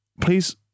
Please